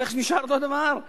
המכס נשאר אותו הדבר.